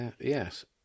Yes